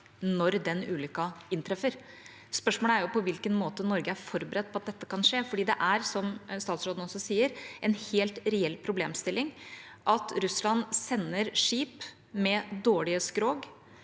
når ulykken inntreffer. Spørsmålet er på hvilken måte Norge er forberedt på at dette kan skje, for det er, som statsråden sier, en helt reell problemstilling at Russland sender skip med dårlige skrog